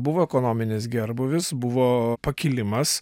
buvo ekonominis gerbūvis buvo pakilimas